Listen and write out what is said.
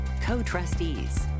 co-trustees